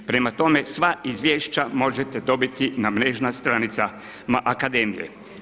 Prema tome, sva izvješće možete dobiti na mrežnim stranicama akademije.